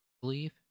believe